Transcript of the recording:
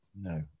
No